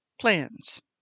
plans